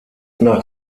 nach